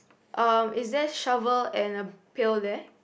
um is there shovel and a pail there